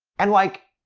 and, like,